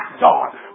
God